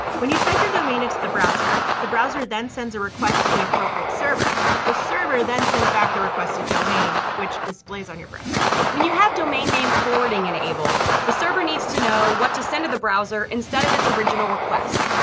when you type your domain into the browser the browser then sends a request to the appropriate server, the server then sends back the requested domain which displays on your browser. when you have domain name forwarding enabled the server needs to know what to send to the browser instead of its original request.